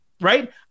Right